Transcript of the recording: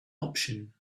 option